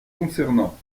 concernant